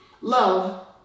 love